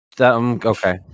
Okay